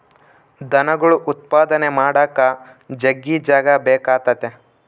ದನಗುಳ್ ಉತ್ಪಾದನೆ ಮಾಡಾಕ ಜಗ್ಗಿ ಜಾಗ ಬೇಕಾತತೆ